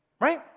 right